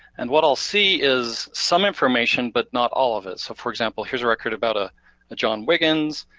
and what i'll see is some information but not all of it. so for example here's a record about ah a john wiggins,